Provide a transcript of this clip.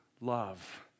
love